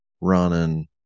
running